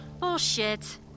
Bullshit